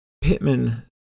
Pittman